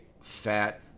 fat